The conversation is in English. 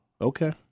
Okay